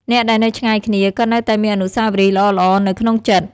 អ្នកដែលនៅឆ្ងាយគ្នា ក៏នៅតែមានអនុស្សាវរីយ៍ល្អៗនៅក្នុងចិត្ត។